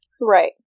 Right